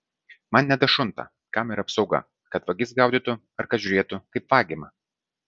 man nedašunta kam yra apsauga kad vagis gaudytų ar kad žiūrėtų kaip vagiama